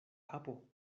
kapo